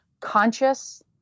conscious